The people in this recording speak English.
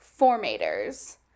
formators